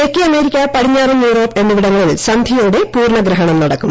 തെക്കേ അമേരിക്ക പടിഞ്ഞാറൻ യൂറോപ്പ് എന്നിവിടങ്ങളിൽ സന്ധ്യയോടെ പൂർണഗ്രഹണ്ം നടക്കും